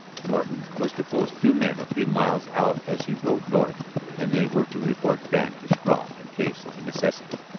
norton was to post two men a few miles out as he rode north and they were to report back to struve in case of necessity.